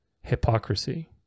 hypocrisy